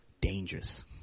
Dangerous